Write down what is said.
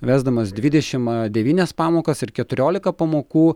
vesdamas dvidešimt devynias pamokas ir keturiolika pamokų